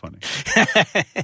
funny